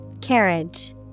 Carriage